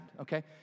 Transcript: okay